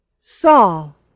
Saul